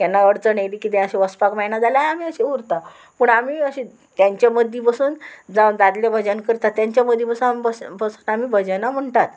केन्ना अडचण येयली कितें अशें वचपाक मेळना जाल्यार आमी अशें उरता पूण आमी अशें तेंच्या मदीं बसून जावं दादलें भजन करता तेंच्या मदीं बसून आमी बस बसून आमी भजनां म्हणटात